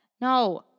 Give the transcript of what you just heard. No